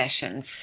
sessions